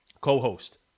co-host